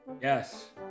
yes